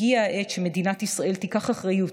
הגיעה העת שמדינת ישראל תיקח אחריות,